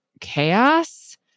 chaos